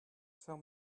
tell